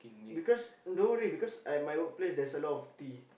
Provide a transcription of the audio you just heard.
because don't worry because at my workplace there's a lot of tea